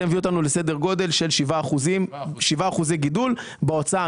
זה מביא אותנו לסדר גודל של 7% גידול בהוצאה